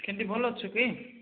କେମତି ଭଲ ଅଛୁ କି